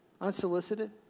unsolicited